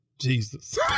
Jesus